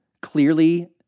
clearly